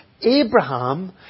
Abraham